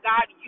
God